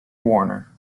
warner